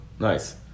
Nice